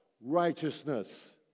righteousness